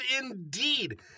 indeed